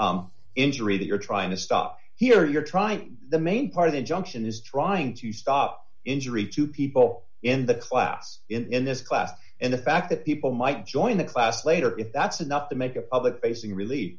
g injury that you're trying to stop here you're trying the main part of the injunction is trying to stop injury to people in the class in this class and the fact that people might join the class later if that's enough to make a public facing re